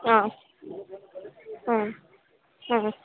ಹಾಂ ಹ್ಞೂ ಹಾಂ